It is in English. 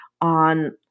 on